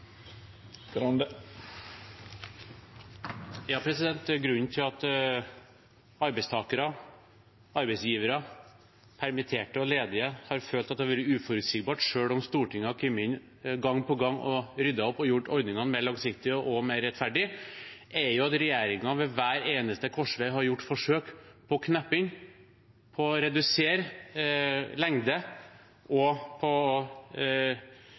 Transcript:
Grunnen til at arbeidstakere, arbeidsgivere, permitterte og ledige har følt at det har vært uforutsigbart selv om Stortinget har kommet inn gang på gang og ryddet opp og gjort ordningene mer langsiktige og mer rettferdige, er jo at regjeringen ved hver eneste korsvei har gjort forsøk på å knappe inn, på å redusere lengde og på